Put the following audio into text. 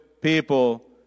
people